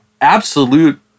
absolute